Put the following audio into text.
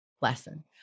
lesson